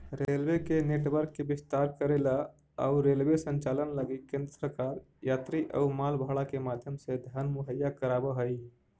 railway के network के विस्तार करेला अउ रेलवे संचालन लगी केंद्र सरकार यात्री अउ माल भाड़ा के माध्यम से धन मुहैया कराव हई